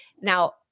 Now